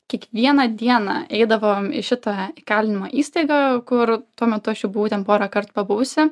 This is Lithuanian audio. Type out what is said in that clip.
kiekvieną dieną eidavom į šitą įkalinimo įstaigą kur tuo metu aš jau būtent porąkart pabuvusi